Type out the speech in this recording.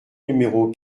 numéro